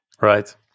Right